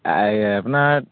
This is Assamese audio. আপোনাৰ